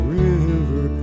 river